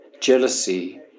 jealousy